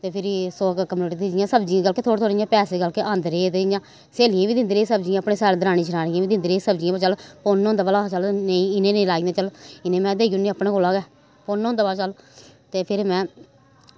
ते फिरी रसोऽ कंपलीट कीती जि'यां सब्जियें दी बल्कि थोह्ड़े थोह्ड़े इ'यां पैसे बल्कि औंदे रेह् इ'यां स्हेलियें गी बी दिंदी रेही सब्जियां अपने सारे दरानी जठानियें गी बी दिंदी रेही सब्जियां भई चल पुन्न होंदा भला चल नेईं इ'नें नेईं लाई दियां चल इ'नें में देई ओड़नी आं अपने कोला गै पुन्न होंदा महां चल फिर में